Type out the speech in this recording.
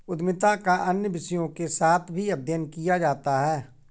उद्यमिता का अन्य विषयों के साथ भी अध्ययन किया जाता है